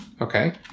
Okay